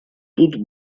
тут